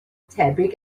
tebyg